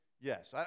yes